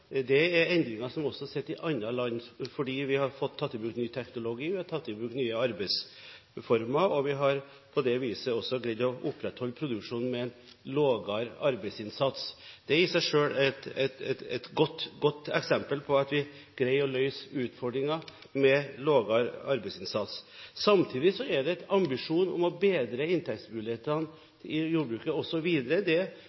endringer som vi også har sett i andre land – fordi vi har tatt i bruk ny teknologi, og vi har tatt i bruk nye arbeidsformer. Vi har på det viset også greid å opprettholde produksjonen med en lavere arbeidsinnsats. Det er i seg selv et godt eksempel på at vi greier å løse utfordringer med lavere arbeidsinnsats. Samtidig har vi en ambisjon om å bedre inntektsmulighetene